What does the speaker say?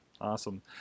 Awesome